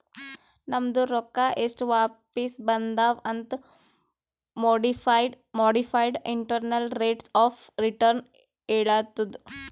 ನಮ್ದು ರೊಕ್ಕಾ ಎಸ್ಟ್ ವಾಪಿಸ್ ಬಂದಾವ್ ಅಂತ್ modified internal rates of return ಹೇಳತ್ತುದ್